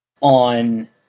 on